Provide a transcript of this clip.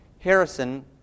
Harrison